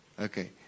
Okay